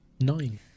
nine